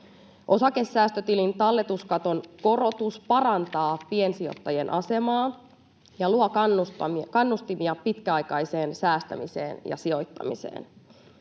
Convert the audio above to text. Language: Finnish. Osakesäästötilin talletuskaton korotus parantaa piensijoittajien asemaa ja luo kannustimia pitkäaikaiseen säästämiseen ja sijoittamiseen.